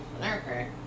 Okay